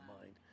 mind